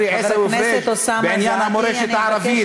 חברי עיסאווי פריג' בעניין המורשת הערבית?